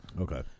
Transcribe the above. Okay